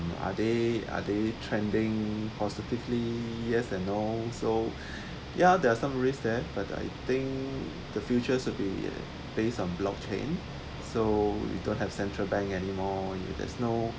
are they are they trending positively yes and no so ya there are some risk there but I think the future should be based on blockchain so you don't have central bank anymore you there's no